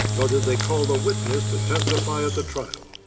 nor did they call the witness to testify at the trial.